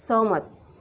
सहमत